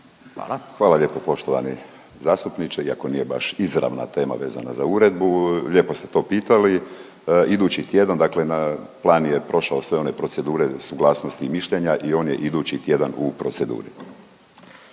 Mladen** Hvala lijepo poštovani zastupniče, iako nije baš izravna tema vezana za uredbu lijepo ste to pitali. Idući tjedan, dakle plan je prošao sve one procedure, suglasnosti i mišljenja i on je idući tjedan u proceduru.